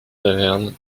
taverne